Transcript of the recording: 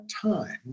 time